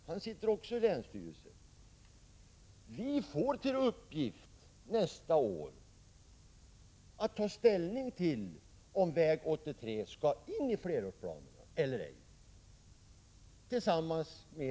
Vi får, tillsammans med två partikamrater till Gunnel Jonäng, till uppgift nästa år att ta ställning till om väg 83 skall tas med i flerårsplanerna eller ej.